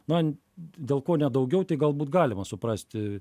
na dėl ko ne daugiau tai galbūt galima suprasti